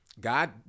God